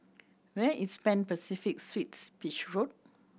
where is Pan Pacific Suites Beach Road